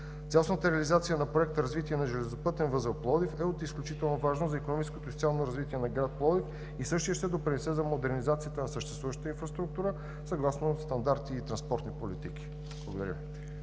Цялостната реализация на Проект „Развитие на железопътен възел Пловдив“ е от изключително важно значение за икономическото и социалното развитие на град Пловдив. Същият ще допринесе за модернизацията на съществуващата инфраструктура съгласно стандарти и транспортни политики. Благодаря.